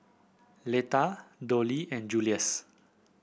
Letta Dollie and Julius